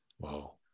Wow